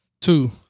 Two